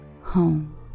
home